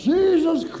Jesus